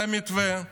זה המתווה.